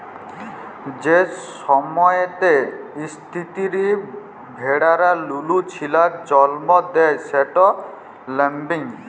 যে সময়তে ইস্তিরি ভেড়ারা লুলু ছিলার জল্ম দেয় সেট ল্যাম্বিং